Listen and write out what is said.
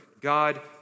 God